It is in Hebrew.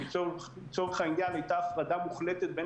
ולצורך העניין היתה הפרדה מוחלטת בין